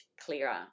clearer